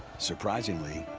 surprisingly,